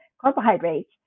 carbohydrates